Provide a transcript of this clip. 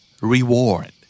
reward